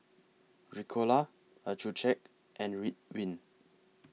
Ricola Accucheck and Ridwind